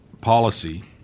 policy